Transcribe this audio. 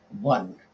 one